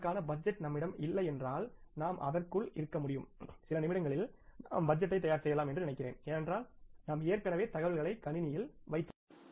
அதற்கான பட்ஜெட் நம்மிடம் இல்லையென்றால் நாம் அதற்குள் இருக்க முடியும் சில நிமிடங்களில் நாம் பட்ஜெட்டை தயார் செய்யலாம் என்று நினைக்கிறேன் ஏனென்றால் நாம் ஏற்கனவே தகவல்களை கணினியில் வைத்துள்ளோம்